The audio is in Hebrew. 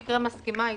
במקרה מסכימה איתכם,